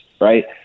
Right